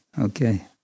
okay